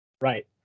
Right